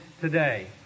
today